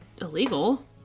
illegal